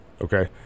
Okay